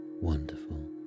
wonderful